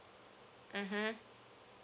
mmhmm